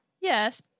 yes